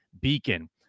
Beacon